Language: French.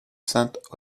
sainte